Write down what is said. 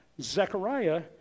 Zechariah